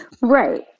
Right